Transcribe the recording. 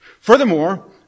Furthermore